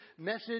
message